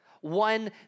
one